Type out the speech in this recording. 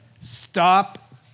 stop